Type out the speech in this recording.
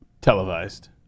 televised